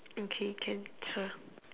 okay can